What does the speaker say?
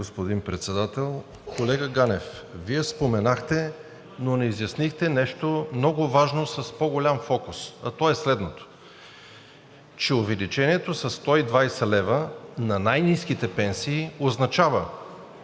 господин Председател. Колега Ганев, Вие споменахте, но не изяснихте нещо много важно с по-голям фокус, а то е следното: че увеличението със 120 лв. на най-ниските пенсии означава